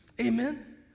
amen